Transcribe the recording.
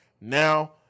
Now